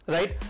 Right